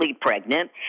pregnant